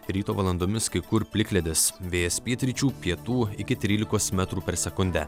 ryto valandomis kai kur plikledis vėjas pietryčių pietų iki trylikos metrų per sekundę